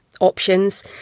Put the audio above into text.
options